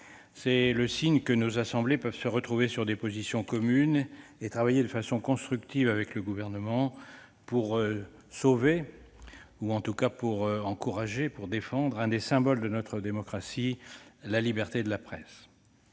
C'est le signe que nos assemblées peuvent se retrouver sur des positions communes et travailler de façon constructive avec le Gouvernement, pour sauver- ou défendre, plutôt -un des symboles de notre démocratie : la liberté de la presse.